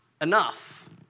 enough